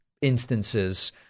instances